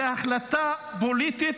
זו החלטה פוליטית.